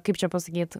kaip čia pasakyt